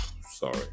sorry